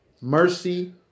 mercy